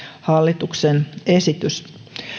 hallituksen esitys